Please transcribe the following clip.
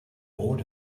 more